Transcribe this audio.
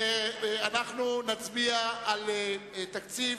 אנחנו נצביע על תקציב